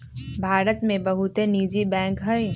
भारत में बहुते निजी बैंक हइ